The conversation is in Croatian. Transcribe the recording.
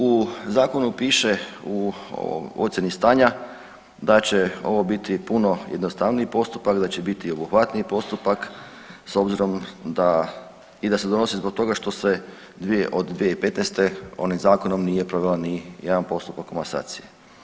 U zakonu piše u ocijeni stanja da će ovo biti puno jednostavniji postupak, da će biti obuhvatniji postupak s obzirom da i da se donosi zbog toga što se dvije od 2015. onim zakonom nije proveo nijedan postupak komasacije.